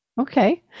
Okay